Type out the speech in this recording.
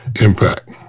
impact